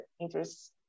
interests